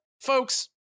Folks